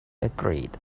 agreed